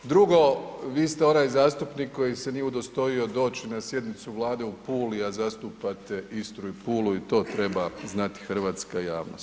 Drugo, vi ste onaj zastupnik koji se nije udostojao doći na sjednicu Vlade u Puli, a zastupate Istru i Pulu i to treba znati hrvatska javnost.